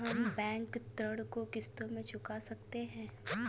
क्या हम बैंक ऋण को किश्तों में चुका सकते हैं?